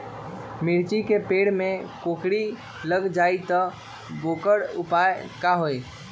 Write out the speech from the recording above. मिर्ची के पेड़ में कोकरी लग जाये त वोकर उपाय का होई?